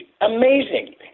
amazing